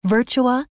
Virtua